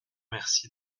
merci